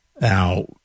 Now